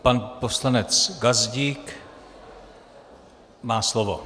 Pan poslanec Gazdík má slovo.